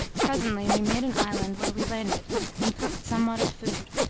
presently we made an island where we landed and cooked somewhat of food,